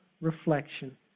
reflection